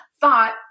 thought